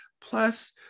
Plus